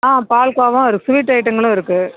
ஆ பால்கோவா இருக்கும் ஸ்வீட் ஐட்டங்களும் இருக்கு